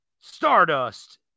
Stardust